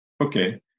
okay